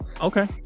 Okay